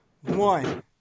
One